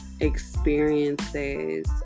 experiences